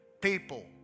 People